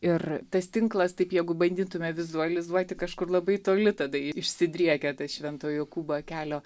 ir tas tinklas taip jeigu bandytume vizualizuoti kažkur labai toli tada išsidriekia ta švento jokūbo kelio